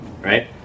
Right